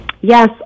Yes